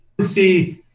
see